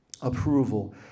approval